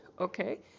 okay